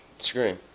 scream